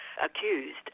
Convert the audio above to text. accused